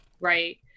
Right